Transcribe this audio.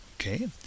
okay